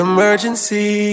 Emergency